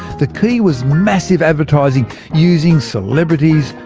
the key was massive advertising using celebrities,